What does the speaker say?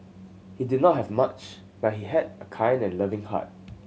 he did not have much but he had a kind and loving heart